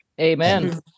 Amen